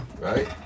right